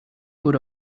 good